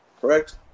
correct